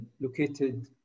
located